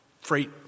freight